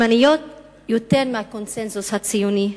ימניות יותר מהקונסנזוס הציוני,